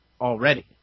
already